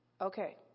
Okay